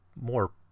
more